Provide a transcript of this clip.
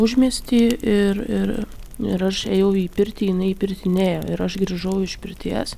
užmiesty ir ir ir aš ėjau į pirtį jinai į pirtį nėjo ir aš grįžau iš pirties